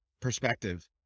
perspective